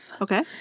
Okay